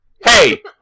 hey